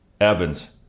Evans